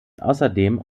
außerdem